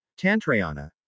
Tantrayana